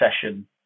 session